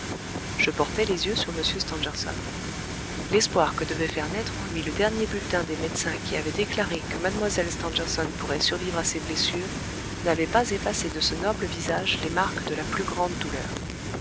je portai les yeux sur m stangerson l'espoir que devait faire naître en lui le dernier bulletin des médecins qui avaient déclaré que mlle stangerson pourrait survivre à ses blessures n'avait pas effacé de ce noble visage les marques de la plus grande douleur